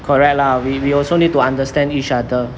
correct lah we we also need to understand each other